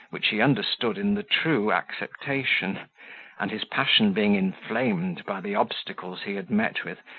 which he understood in the true acceptation and his passion being inflamed by the obstacles he had met with,